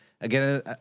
Again